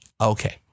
Okay